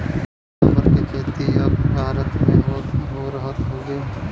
rubber के खेती अब भारत में भी हो रहल हउवे